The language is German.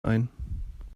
ein